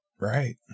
Right